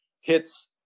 hits